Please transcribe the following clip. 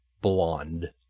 Blonde